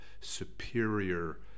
superior